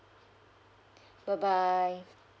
bye bye